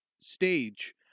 stage